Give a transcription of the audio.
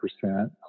percent